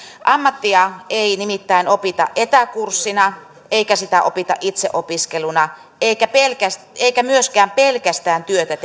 ammattia ei nimittäin opita etäkurssina eikä sitä opita itseopiskeluna eikä myöskään pelkästään työtä tekemällä